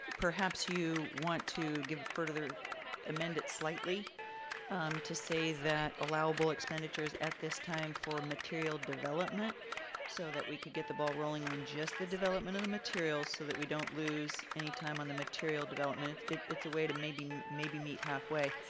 perhaps you want to give further amend it slightly to say that allowable expenditures at this time for material development so that we could get the ball rolling on just the development of the materials so that we don't lose any time on the material development. it's a way to maybe maybe meet halfway